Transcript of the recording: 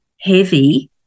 heavy